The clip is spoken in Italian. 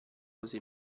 pose